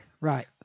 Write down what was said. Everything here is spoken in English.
Right